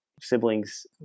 siblings